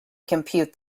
compute